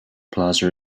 plaza